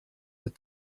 that